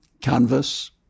canvas